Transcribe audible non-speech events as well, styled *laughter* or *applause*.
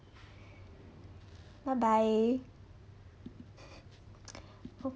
bye bye *laughs* ho~